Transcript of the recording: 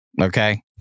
Okay